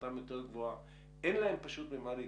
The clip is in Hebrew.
שהכנסתם יותר גבוהה, אין להם פשוט ממה להתפרנס,